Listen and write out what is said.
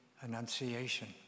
Annunciation